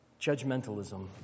Judgmentalism